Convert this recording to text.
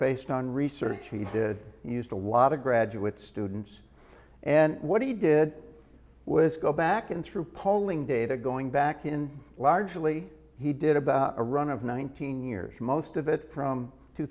based on research he did used a lot of graduate students and what he did was go back and through polling data going back in largely he did about a run of one thousand years most of it from two